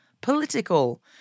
political